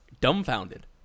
dumbfounded